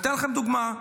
אתן לכם דוגמה.